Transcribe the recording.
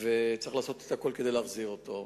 וצריך לעשות את הכול כדי להחזיר אותו.